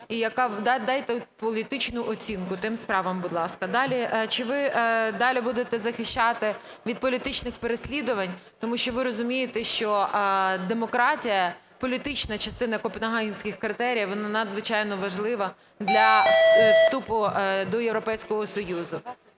Дайте політичну оцінку тим справам, будь ласка. Далі. Чи ви далі будете захищати від політичних переслідувань? Тому що ви розумієте, що демократія, політична частина Копенгагенських критеріїв, вона надзвичайно важлива для вступу до Європейського Союзу.